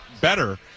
better